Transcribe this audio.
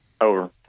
Over